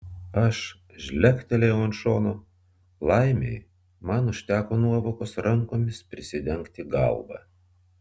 aš žlegtelėjau ant šono laimei man užteko nuovokos rankomis prisidengti galvą